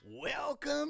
welcome